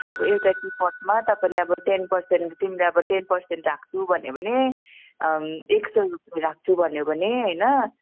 अब एउटा टी पटमा तपाईँले अब टेन पर्सेन्ट तिमीले अब टेन पर्सेन्ट राख्छु भन्यो भने एक सय रुपियाँ राख्छु भन्यो भने होइन